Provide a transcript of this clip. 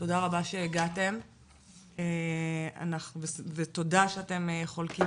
תודה רבה שהגעתם ותודה שאתם חולקים